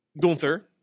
Gunther